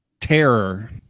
Terror